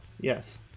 yes